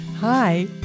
Hi